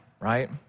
right